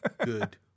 Good